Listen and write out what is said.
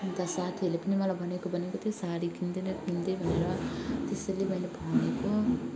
अन्त साथीहरूले पनि मलाई भनेको भनेको थियो साडी किनिदे न किनिदे भनेर त्यसैले मैले भनेको